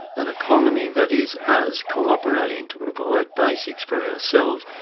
an economy that is us, cooperating to provide basics for ourselves,